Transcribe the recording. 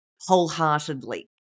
wholeheartedly